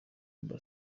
amb